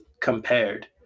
compared